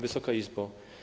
Wysoka Izbo!